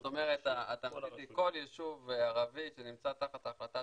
זאת אומרת כל יישוב ערבי שנמצא תחת ההחלטה